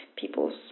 peoples